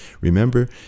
remember